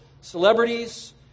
celebrities